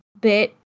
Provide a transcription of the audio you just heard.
bit